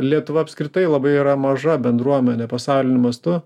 lietuva apskritai labai yra maža bendruomenė pasauliniu mastu